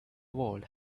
world